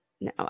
No